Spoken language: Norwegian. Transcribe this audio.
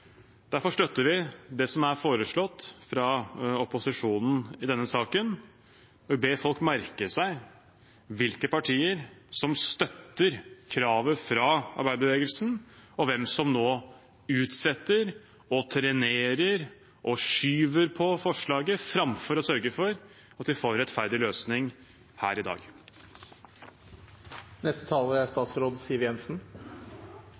Derfor støtter vi det som er foreslått av opposisjonen i denne saken, og vi ber folk merke seg hvilke partier som støtter kravet fra arbeiderbevegelsen, og hvem som nå utsetter og trenerer og skyver på forslaget framfor å sørge for at vi får en rettferdig løsning her i